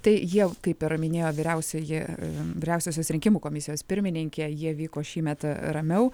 tai jie kaip ir minėjo vyriausioji vyriausiosios rinkimų komisijos pirmininkė jie vyko šįmet ramiau